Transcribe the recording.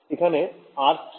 এখানে R কি